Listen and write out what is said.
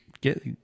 get